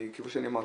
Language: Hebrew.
כפי שאמרתי,